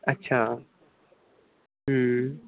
ਅੱਛਾ ਹੂੰ